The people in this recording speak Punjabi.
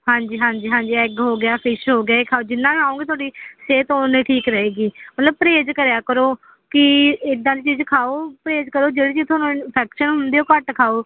ਹਾਂਜੀ ਹਾਂਜੀ ਹਾਂਜੀ ਐਗ ਹੋ ਗਿਆ ਫਿਸ ਹੋ ਗਿਆ ਇਹ ਖਾਓ ਜਿੰਨਾ ਖਾਓਗੇ ਤੁਹਾਡੀ ਸਿਹਤ ਨੀ ਠੀਕ ਰਹੇਗੀ ਮਤਲਬ ਪਰਹੇਜ਼ ਕਰਿਆ ਕਰੋ ਕਿ ਇੱਦਾਂ ਦੀ ਚੀਜ਼ ਖਾਓ ਪਰਹੇਜ਼ ਕਰੋ ਜਿਹੜੀ ਚੀਜ਼ ਤੁਹਾਨੂੰ ਇੰਨਫੈਕਸ਼ਨ ਹੁੰਦੀ ਉਹ ਘੱਟ ਖਾਓ